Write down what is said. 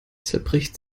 zerbricht